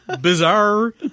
Bizarre